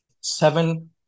seven